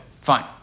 fine